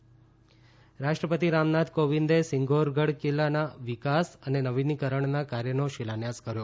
રાષ્ટ્ર પતિ રાષ્ટ્રપતિ રામનાથ કોવિંદે સિંગોરગઢ કિલ્લાના વિકાસ અને નવીનીકરણના કાર્યનો શિલાન્યાસ કર્યો